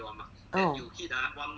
orh